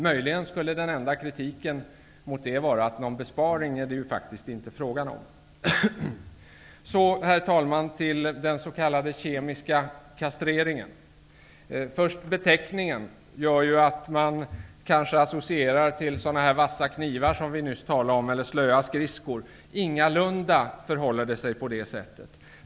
Den enda kritiken mot detta skulle möjligen vara att det faktiskt inte är fråga om någon besparing. Så, herr talman, till den s.k. kemiska kastreringen. Beteckningen gör att man först kanske associerar till en sådan vass kniv -- eller slö skridsko -- som jag nyss talade om. Ingalunda förhåller det sig på det sättet.